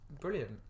brilliant